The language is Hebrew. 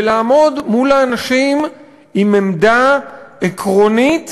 ולעמוד מול האנשים עם עמדה עקרונית